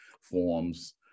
forms